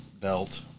belt